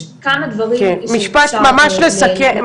יש כמה דברים --- משפט סיכום,